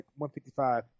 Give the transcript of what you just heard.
155